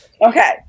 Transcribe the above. okay